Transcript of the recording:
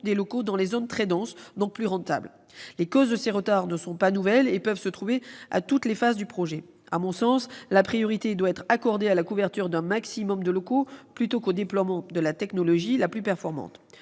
des locaux dans les zones très denses, donc plus rentables. Les causes de ces retards ne sont pas nouvelles et peuvent se trouver à toutes les phases des projets. À mon sens, la priorité doit être accordée à la couverture d'un maximum de locaux, plutôt qu'au déploiement de la technologie la plus performante.